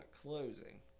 closing